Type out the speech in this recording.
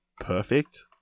perfect